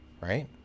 right